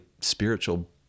spiritual